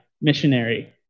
missionary